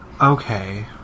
okay